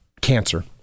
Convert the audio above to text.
cancer